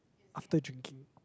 after drinking